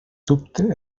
dubte